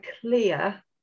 clear